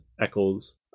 echoes